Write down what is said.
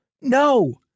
No